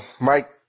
Mike